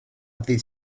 ddydd